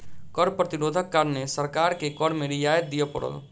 कर प्रतिरोधक कारणें सरकार के कर में रियायत दिअ पड़ल